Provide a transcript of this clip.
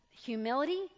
humility